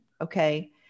okay